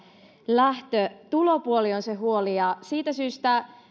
lähtö tulopuoli on se huoli ja siitä syystä